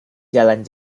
jalan